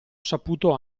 saputo